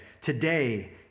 today